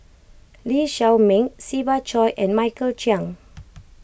Lee Shao Meng Siva Choy and Michael Chiang